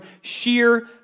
sheer